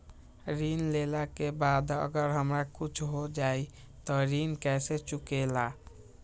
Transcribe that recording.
ऋण लेला के बाद अगर हमरा कुछ हो जाइ त ऋण कैसे चुकेला?